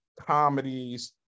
comedies